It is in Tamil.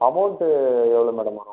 அமௌண்ட்டு எவ்வளோ மேடம் வரும்